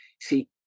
see